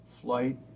flight